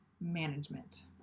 management